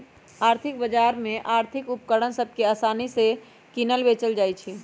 आर्थिक बजार में आर्थिक उपकरण सभ के असानि से किनल बेचल जाइ छइ